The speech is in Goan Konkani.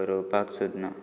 बरोवपाक सोदना